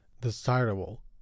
desirable